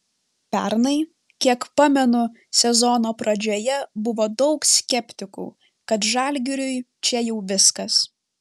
pernai kiek pamenu sezono pradžioje buvo daug skeptikų kad žalgiriui čia jau viskas